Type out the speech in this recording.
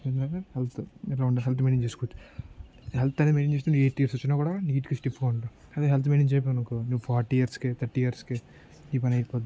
ఏదంటే హెల్త్ ఇలా ఉంటే హెల్త్ మైన్టైన్ చేసుకోవచ్చు హెల్త్ అనేది మెయిన్ చూసిన ఎయిటి ఇయర్స్ వచ్చినా కూడా నీట్ స్టిఫ్గా ఉంటుంది అది హెల్త్ మైన్టైన్ చేయపోయినావు అనుకో నువ్వు ఫార్టీ ఇయర్స్కు థర్టీ ఇయర్స్కు నీ పని అయిపోద్ది